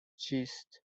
چیست